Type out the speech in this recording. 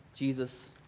Jesus